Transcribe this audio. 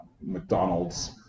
McDonald's